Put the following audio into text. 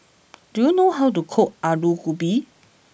do you know how to cook Alu Gobi